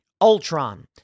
Ultron